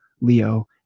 Leo